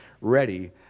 ready